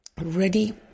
ready